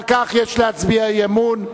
על כך יש להצביע בהצבעת אי-אמון.